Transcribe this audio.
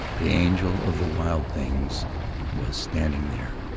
the angel of the wild things was standing there,